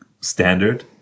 standard